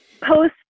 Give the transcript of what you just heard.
post